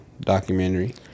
documentary